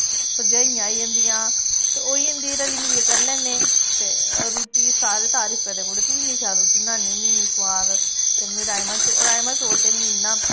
भरजाइयां आई जंदियां ते होई जंदी रली मिलियै करी लैन्ने ते रुट्टी सारे तारीफ करदे कुड़े तूं इन्नी सैल रुट्टी बनानी होन्नी सोआद ते में राजमा चौल राजमा चौल ते मिगी इन्ना